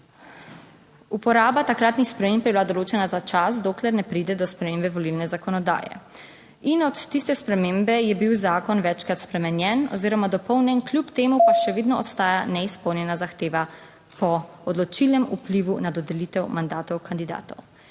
Uporaba takratnih sprememb je bila določena za čas, dokler ne pride do spremembe volilne zakonodaje. **16. TRAK: (NB) – 11.15** (Nadaljevanje) In od tiste spremembe je bil zakon večkrat spremenjen oziroma dopolnjen, kljub temu pa še vedno ostaja neizpolnjena zahteva po odločilnem vplivu na dodelitev mandatov kandidatov.